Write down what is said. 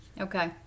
Okay